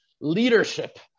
leadership